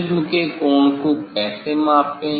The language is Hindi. प्रिज्म के कोण को कैसे मापें